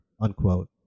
unquote